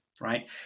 right